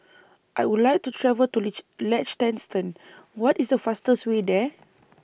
I Would like to travel to Liechtenstein What IS The fastest Way There